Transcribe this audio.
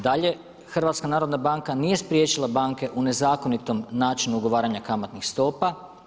Dalje, HNB nije spriječila banke u nezakonitom načinu ugovaranja kamatnih stopa.